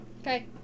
Okay